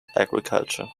agriculture